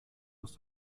aus